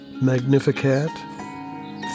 Magnificat